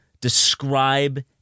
describe